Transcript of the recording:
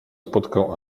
spotkał